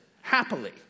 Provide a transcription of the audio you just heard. happily